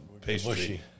pastry